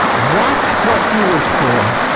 watch what you wish for.